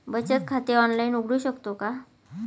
बचत खाते ऑनलाइन उघडू शकतो का?